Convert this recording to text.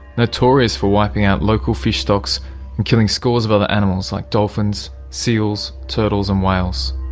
notorious for wiping out local fish stocks and killing scores of other animals, like dolphins, seals, turtles and whales.